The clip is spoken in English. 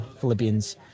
philippians